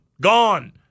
gone